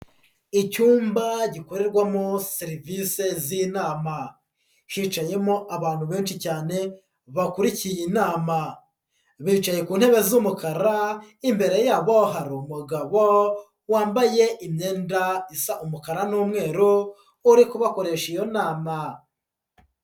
Icyumba gikorerwamo serivisi z'inama, hicayemo abantu benshi cyane bakurikiye inama, bicaye ku ntebe z'umukara, imbere yabo hari umugabo wambaye imyenda isa umukara n'umweru, uri kubakoresha iyo nama.